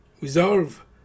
resolve